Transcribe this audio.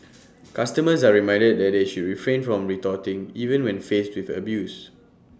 customers are reminded that they should refrain from retorting even when faced with abuse